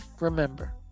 Remember